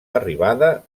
arribada